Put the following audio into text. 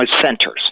centers